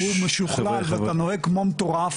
הוא משוכלל ואתה נוהג כמו מטורף,